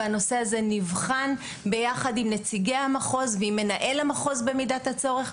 והנושא הזה נבחן ביחד עם נציגי המחוז ומנהל המחוז במידת הצורך.